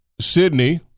Sydney